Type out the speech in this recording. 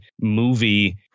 movie